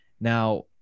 Now